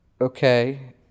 Okay